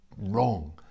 wrong